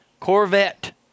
Corvette